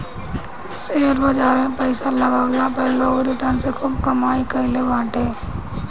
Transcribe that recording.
share बाजार में पईसा लगवला पअ लोग रिटर्न से खूब कमाई कईले बाटे